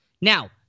Now